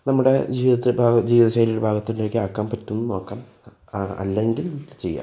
നമ്മുടെ ജീവിതത്തിൻ്റെ ജീവിതശൈലിയുടെ ഭാഗത്തിൻ്റെ ഒക്കെ ആക്കാൻ പറ്റുന്നു നോക്കാം അല്ലെങ്കിൽ ചെയ്യാം